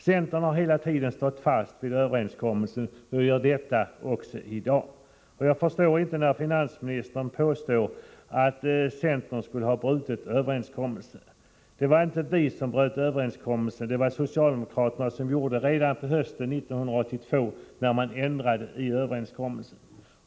Centern har hela tiden stått fast vid överenskommelsen och gör detta också i dag. Jag förstår därför inte finansministerns påstående att vi skulle ha brutit överenskommelsen. Det var inte vi som bröt överenskommelsen, det var socialdemokraterna som gjorde det redan på hösten 1982 när man ändrade i överenskommelsen.